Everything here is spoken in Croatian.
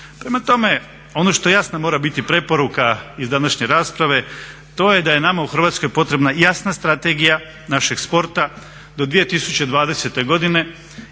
Prema tome, ono što jasno mora biti preporuka iz današnje rasprave to je da je nama u Hrvatskoj potrebna jasna strategija našeg sporta do 2020. godine,